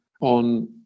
on